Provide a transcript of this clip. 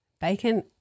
Bacon